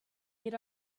had